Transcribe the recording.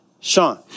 Sean